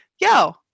yo